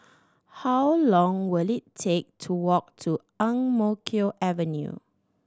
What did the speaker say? how long will it take to walk to Ang Mo Kio Avenue